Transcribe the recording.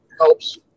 helps –